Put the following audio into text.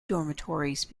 dormitories